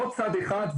לא צד אחד,